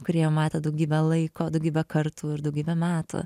kurį jau matę daugybę laiko daugybę kartų ir daugybę metų